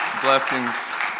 Blessings